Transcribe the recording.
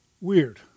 weird